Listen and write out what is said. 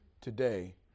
today